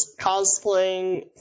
cosplaying